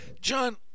john